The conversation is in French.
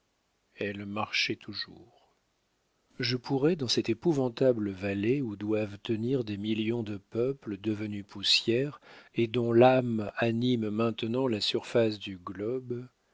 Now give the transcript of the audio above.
elle marchait toujours je pourrai dans cette épouvantable vallée où doivent tenir des millions de peuples devenus poussière et dont l'âme anime maintenant la surface du globe